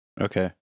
Okay